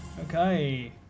Okay